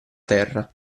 terra